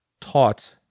taught